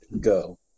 go